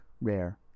rare